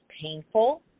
painful